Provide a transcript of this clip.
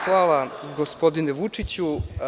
Hvala, gospodine Vučiću.